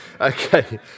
Okay